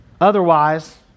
Otherwise